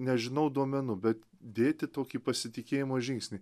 nežinau duomenų bet dėti tokį pasitikėjimo žingsnį